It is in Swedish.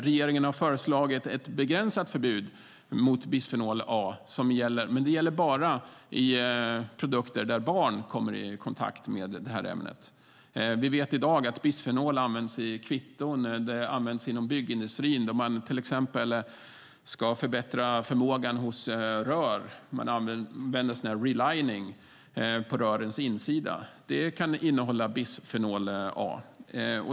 Regeringen har föreslagit ett begränsat förbud mot bisfenol A, men det gäller bara i produkter där barn kommer i kontakt med ämnet. Vi vet i dag att bisfenol används i kvitton och inom byggindustrin. Bisfenol används när rör ska förbättras. Så kallad relining används på rörens insidor. Den kan innehålla bisfenol A.